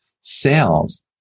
Sales